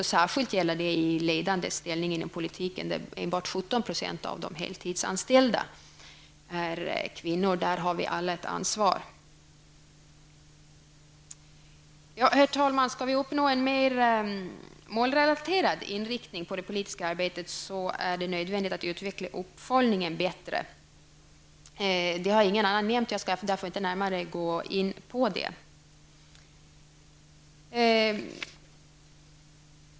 Och i ledande ställning inom politiken är enbart 17 % av de heltidsanställda kvinnor. I detta sammanhang har vi alla ett ansvar. Herr talman! Om vi skall få en mer målrelaterad inriktning på det politiska arbetet är det nödvändigt att utveckla uppföljningen bättre. Det har ingen annan nämnt i dag, och jag skall därför inte närmare gå in på det.